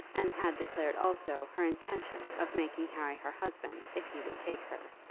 and had declared also her intention of making harry her husband if he would take her.